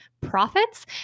profits